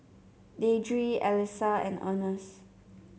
Deidre Allyssa and Earnest